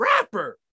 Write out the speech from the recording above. rapper